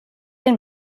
den